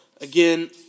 again